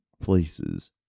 places